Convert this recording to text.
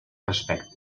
respecte